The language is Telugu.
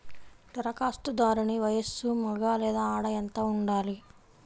ధరఖాస్తుదారుని వయస్సు మగ లేదా ఆడ ఎంత ఉండాలి?